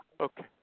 Okay